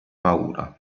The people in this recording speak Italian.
paura